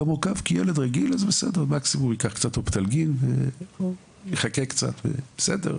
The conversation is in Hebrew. המורכב בשונה מילד רגיל שמקסימום ייקח קצת אופטלגין ויחכה קצת וזה לא